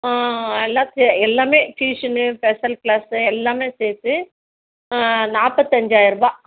ஆ எல்லாம் செ எல்லாமே டியூஷன்னு ஸ்பெஷல் க்ளாஸ்ஸு எல்லாமே சேர்த்து நாற்பத்தஞ்சாயிருபா